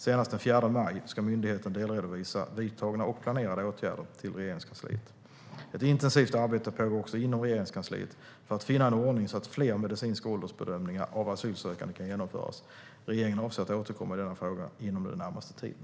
Senast den 4 maj ska myndigheten delredovisa vidtagna och planerade åtgärder till Regeringskansliet. Ett intensivt arbete pågår också inom Regeringskansliet för att finna en ordning så att fler medicinska åldersbedömningar av asylsökande kan genomföras. Regeringen avser att återkomma i denna fråga inom den närmaste tiden.